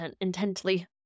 intently